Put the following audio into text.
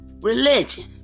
religion